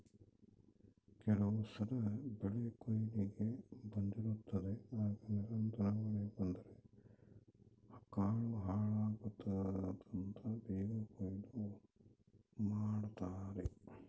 ಕೆಲವುಸಲ ಬೆಳೆಕೊಯ್ಲಿಗೆ ಬಂದಿರುತ್ತದೆ ಆಗ ನಿರಂತರ ಮಳೆ ಬಂದರೆ ಕಾಳು ಹಾಳಾಗ್ತದಂತ ಬೇಗ ಕೊಯ್ಲು ಮಾಡ್ತಾರೆ